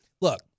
Look